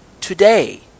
today